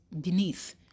beneath